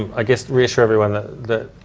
i guess, reassure everyone that.